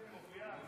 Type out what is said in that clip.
הינה, היא מופיעה.